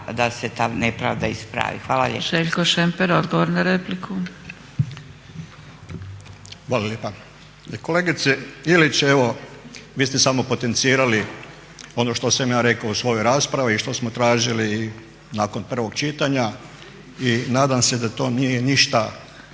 da se ta nepravda ispravi. Hvala lijepo.